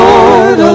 Lord